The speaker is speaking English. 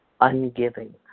ungiving